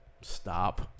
Stop